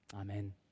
Amen